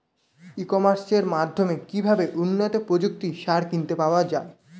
ই কমার্সের মাধ্যমে কিভাবে উন্নত প্রযুক্তির সার কিনতে পাওয়া যাবে?